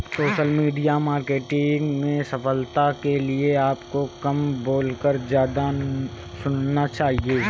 social media marketing में सफलता के लिए आपको कम बोलकर ज्यादा सुनना चाहिए